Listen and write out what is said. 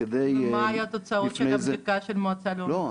כדי --- מה היו התוצאות של הבדיקה של המועצה לביטחון לאומי?